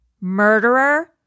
murderer